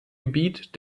gebiet